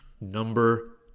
Number